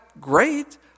great